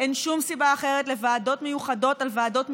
אין שום סיבה אחרת לוועדות מיוחדות על ועדות מיוחדות.